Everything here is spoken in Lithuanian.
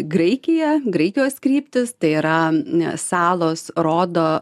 graikija graikijos kryptys tai yra ne salos rodo